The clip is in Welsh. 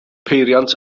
peiriant